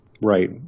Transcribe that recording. Right